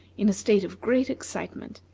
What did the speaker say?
in a state of great excitement.